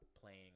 playing